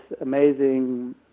amazing